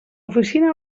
oficina